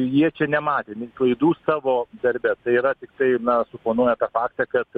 jie čia nematė klaidų savo darbe tai yra tiktai na suponuoja tą faktą kad